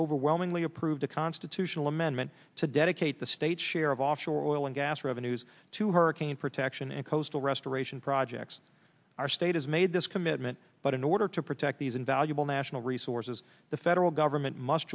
overwhelmingly approved a constitutional amendment to dedicate the state's share of offshore oil and gas revenues to hurricane protection and coastal restoration projects our state has made this commitment but in order to protect these invaluable national resources the federal government must